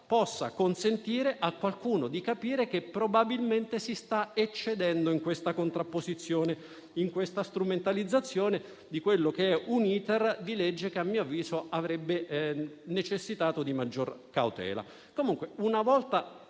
può consentire a qualcuno di capire che probabilmente si sta eccedendo in questa contrapposizione e strumentalizzazione di un *iter* di legge che, a mio avviso, avrebbe necessitato di maggior cautela.